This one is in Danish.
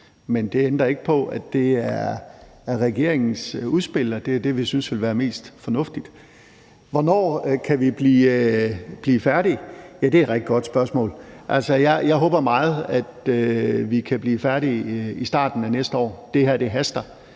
at det er det, vi synes ville være mest fornuftigt. Hvornår kan vi blive færdige? Ja, det er et rigtig godt spørgsmål. Altså, jeg håber meget, at vi kan blive færdige i starten af næste år. Det her haster,